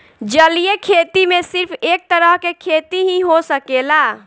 जलीय खेती में सिर्फ एक तरह के खेती ही हो सकेला